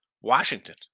Washington